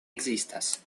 ekzistas